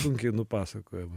sunkiai nupasakojamą